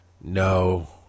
No